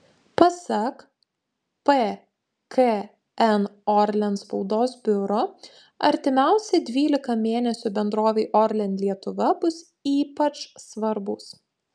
pasak pkn orlen spaudos biuro artimiausi dvylika mėnesių bendrovei orlen lietuva bus ypač svarbūs